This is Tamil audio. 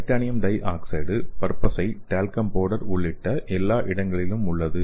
டைட்டானியம் டை ஆக்சைடு பற்பசை டால்கம் பவுடர் உள்ளிட்ட எல்லா இடங்களிலும் உள்ளது